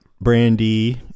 Brandy